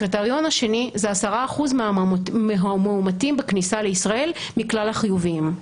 הקריטריון השני זה 10% מהמאומתים בכניסה לישראל מכלל החיוביים.